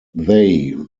they